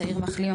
צעיר מחלים,